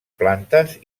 plantes